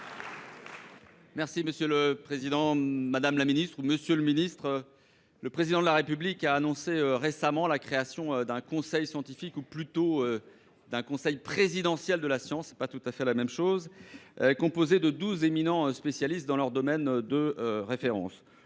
pour le groupe Les Républicains. Monsieur le ministre, le Président de la République a annoncé récemment la création d’un conseil scientifique, ou plutôt d’un conseil présidentiel de la science – ce n’est pas tout à fait la même chose –, composé de douze éminents spécialistes dans leur domaine de référence.